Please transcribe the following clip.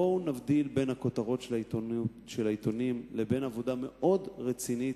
בואו נבדיל בין הכותרות של העיתונים לבין עבודה מאוד רצינית,